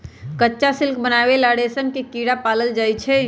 कच्चा सिल्क बनावे ला रेशम के कीड़ा पालल जाई छई